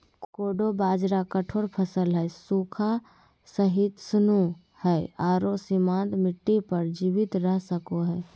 कोडो बाजरा कठोर फसल हइ, सूखा, सहिष्णु हइ आरो सीमांत मिट्टी पर जीवित रह सको हइ